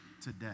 today